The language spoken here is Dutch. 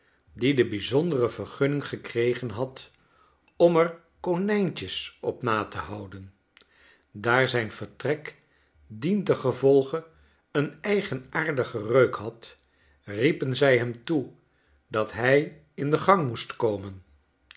die de bijzondere vergunning gekregen had om er konijntjes op na te houden daar zijn vertrek dientengevolge een eigenaardigen reuk had riepen zij hem toe dat hij in de gang moest komen